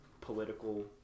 political